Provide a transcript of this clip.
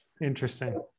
Interesting